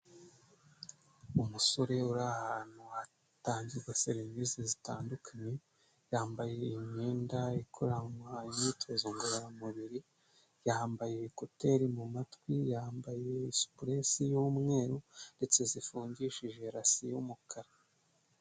Umusore uri ahantu hatangirwa serivisi zitandukanye yambaye imyenda ikoranwa imyitozo ngororamubiri yambaye ikoteri mu matwi yambaye sipurese y'umweru ndetse zifungishije rasi y'umukara.